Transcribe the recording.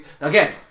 again